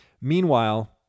Meanwhile